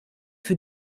für